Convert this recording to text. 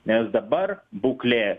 nes dabar būklė